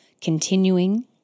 Continuing